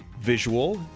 visual